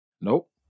Nope